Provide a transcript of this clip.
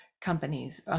companies